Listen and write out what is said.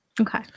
Okay